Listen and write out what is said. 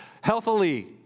healthily